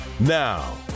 Now